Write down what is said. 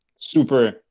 Super